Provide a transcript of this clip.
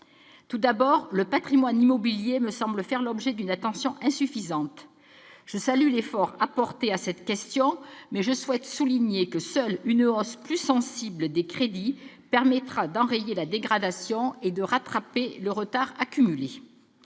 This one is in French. Tout d'abord, le patrimoine immobilier me semble faire l'objet d'une attention insuffisante. Je salue l'effort apporté à cette question, mais je souhaite souligner que seule une hausse plus sensible des crédits permettra d'enrayer la dégradation et de rattraper le retard accumulé.